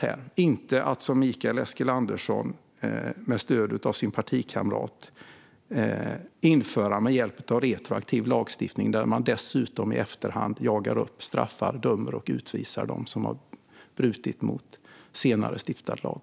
Det ska inte ske genom att, som Mikael Eskilandersson med stöd av sin partikamrat vill, införa retroaktiv lagstiftning då man dessutom i efterhand ska jaga upp, straffa, döma och utvisa dem som har brutit mot senare stiftad lag.